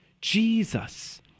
Jesus